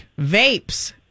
vapes